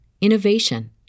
innovation